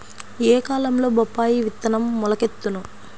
ఏ కాలంలో బొప్పాయి విత్తనం మొలకెత్తును?